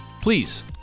Please